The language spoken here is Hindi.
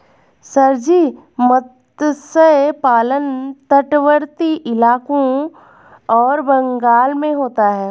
सर जी मत्स्य पालन तटवर्ती इलाकों और बंगाल में होता है